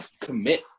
commit